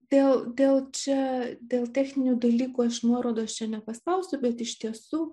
dėl dėl čia dėl techninių dalykų aš nuorodos čia nepaspausiu bet iš tiesų